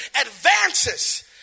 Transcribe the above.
advances